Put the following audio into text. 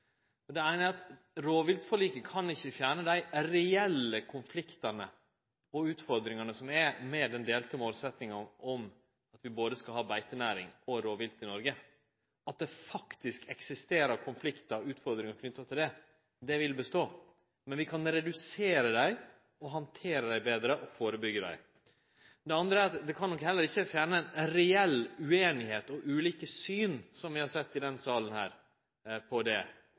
Det eine er at rovviltforliket ikkje kan fjerne dei reelle konfliktane og utfordringane som er med den delte målsettinga om at vi skal ha både beitenæring og rovvilt i Noreg. Det faktumet at det faktisk eksisterer konfliktar og utfordringar knytte til det, vil bestå, men vi kan redusere dei, handtere dei betre og førebyggje dei. Det andre er at det nok heller ikkje kan fjerne ei reell ueinigheit og ulike syn på det, som vi har sett i denne salen.